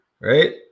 Right